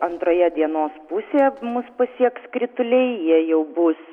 antroje dienos pusėje mus pasieks krituliai jie jau bus